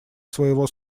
своего